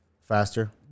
Faster